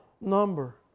number